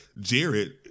Jared